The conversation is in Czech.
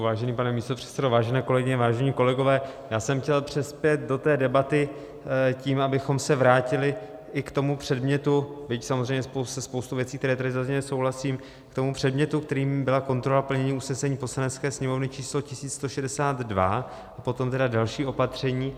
Vážený pane místopředsedo, vážené kolegyně, vážení kolegové, já jsem chtěl přispět do té debaty tím, abychom se vrátili i k tomu předmětu, byť samozřejmě se spoustou věcí, které tady zazněly, souhlasím, kterým byla kontrola plnění usnesení Poslanecké sněmovny č. 1162 a potom tedy další opatření.